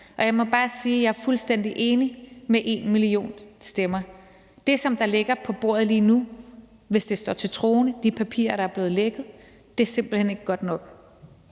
og jeg må bare sige, at jeg er fuldstændig enig med #enmillionstemmer. Det, der ligger på bordet lige nu, er, hvis de papirer, der er blevet lækket, står til troende, simpelt hen ikke godt nok,